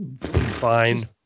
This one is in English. fine